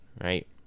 right